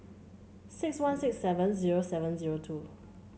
six one six seven zero seven zero two